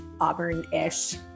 auburn-ish